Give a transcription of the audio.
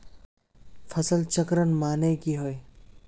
फसल चक्रण माने की होय?